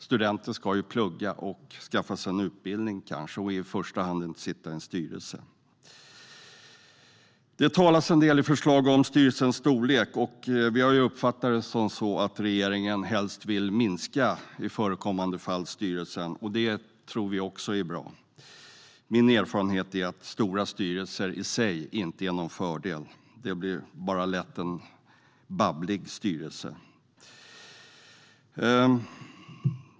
Studenter ska ju plugga och skaffa sig en utbildning och ska kanske inte i första hand sitta i en styrelse. Det talas en del i förslaget om styrelsernas storlek. Vi har uppfattat det som så att regeringen helst i förekommande fall vill minska styrelsen, och det tror vi är bra. Min erfarenhet är att stora styrelser i sig inte är någon fördel. Det blir lätt bara en babblig styrelse.